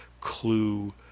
Clue